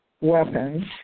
weapons